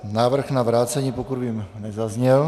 Návrh na vrácení, pokud vím, nezazněl.